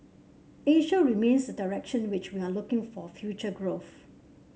Asia remains direction which we are looking for future growth